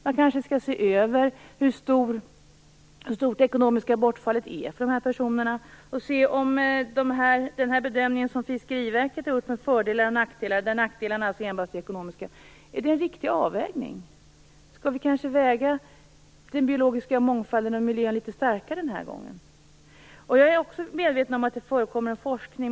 Man kanske skall se över hur stort det ekonomiska bortfallet är för de här personerna och se om den bedömning som Fiskeriverket har gjort av fördelar och nackdelar - där nackdelarna alltså enbart är ekonomiska - är en riktig avvägning. Skall vi kanske väga den biologiska mångfalden och miljön litet tyngre den här gången? Jag är också medveten om att det förekommer forskning.